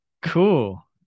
cool